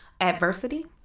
adversity